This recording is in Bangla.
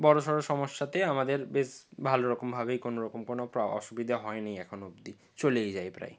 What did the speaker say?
বড়সড় সমস্যাতে আমাদের বেশ ভালোরকমভাবেই কোনোরকম কোনো অসুবিধা হয়নি এখন অবধি চলেই যায় প্রায়